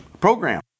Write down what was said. program